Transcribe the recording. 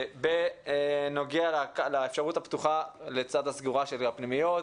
בנוגע לאפשרות הפתוחה לצד הסגורה של הפנימיות,